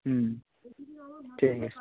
হুম ঠিক আছে